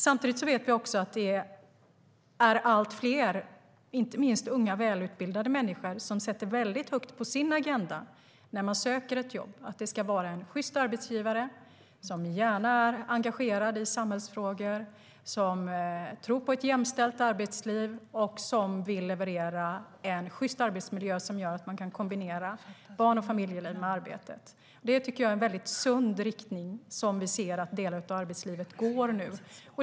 Samtidigt vet vi att allt fler, inte minst unga, välutbildade människor, när de söker ett jobb sätter högt på sin agenda en sjyst arbetsgivare som gärna får vara engagerad i samhällsfrågor, som tror på ett jämställt arbetsliv och som vill leverera en sjyst arbetsmiljö som gör att man kan kombinera barn och familjeliv med arbete. Det tycker jag är en sund riktning, som vi nu ser att delar av arbetslivet nu går i.